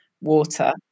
water